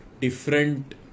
different